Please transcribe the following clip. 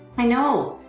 i know.